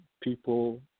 people